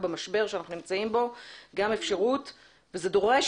במשבר שאנחנו נמצאים בו גם אפשרות וזה דורש